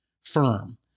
firm